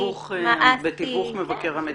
בתיווך מבקר המדינה.